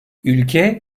ülke